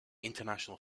international